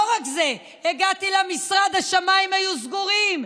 לא רק זה, הגעתי למשרד, השמיים היו סגורים,